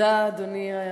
אדוני היושב-ראש,